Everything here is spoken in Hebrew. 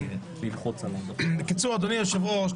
אדוני היושב-ראש,